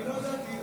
אני לא ידעתי.